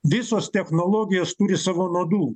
visos technologijos turi savo nuodų